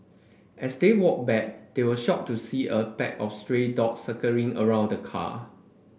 as they walked back they were shocked to see a pack of stray dogs circling around the car